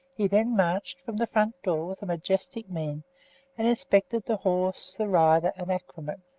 he then marched from the front door with a majestic mien and inspected the horse, the rider, and accoutrements.